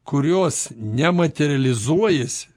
kurios nematerializuojasi